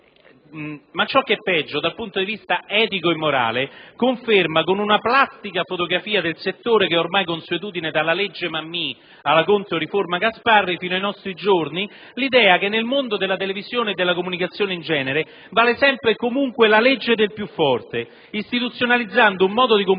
ma, ciò che è peggio dal punto di vista etico e morale, conferma, con una plastica fotografia del settore che è ormai consuetudine dalla legge Mammì alla cosiddetta controriforma Gasparri fino ai nostri giorni, l'idea che nel mondo della televisione e della comunicazione in genere vale sempre e comunque la legge del più forte, istituzionalizzando un modo di comportarsi